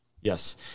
Yes